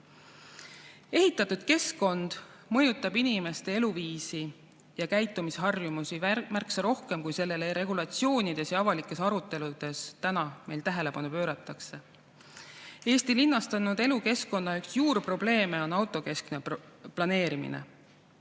Ehitatud keskkond mõjutab inimeste eluviisi ja käitumisharjumusi märksa rohkem, kui sellele regulatsioonides ja avalikes aruteludes tähelepanu pööratakse. Üks Eesti linnastunud elukeskkonna juurprobleeme on autokeskne planeerimine.